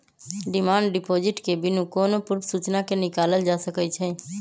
demand deposit के बिनु कोनो पूर्व सूचना के निकालल जा सकइ छै